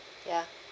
ya